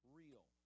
real